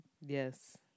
yes